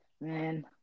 man